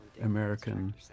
American